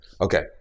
Okay